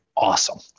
awesome